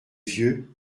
vieux